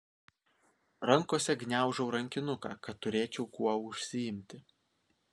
rankose gniaužau rankinuką kad turėčiau kuo užsiimti